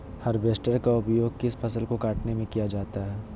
Harvester का उपयोग किस फसल को कटने में किया जाता है?